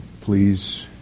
please